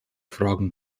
fragen